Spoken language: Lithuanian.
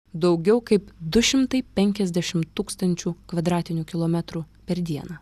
daugiau kaip du šimtai penkiasdešimt tūkstančių kvadratinių kilometrų per dieną